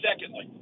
Secondly